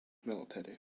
military